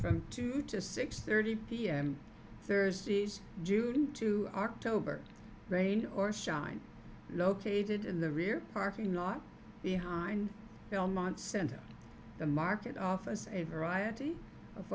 from two to six thirty pm thursday june to october rain or shine located in the rear parking lot behind belmont center the market office a variety of